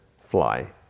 fly